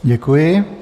Děkuji.